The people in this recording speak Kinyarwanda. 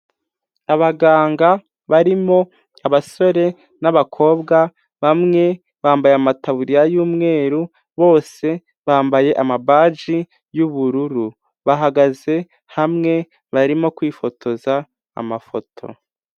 Abaganga barimo abasore n'abakobwa, bamwe bambaye amataburiya y'umweru, bose bambaye amabaji y'ubururu. Bahagaze hamwe barimo kwifotoza amafoto.